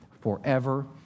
forever